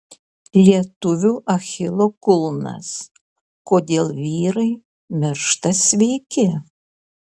lietuvių achilo kulnas kodėl vyrai miršta sveiki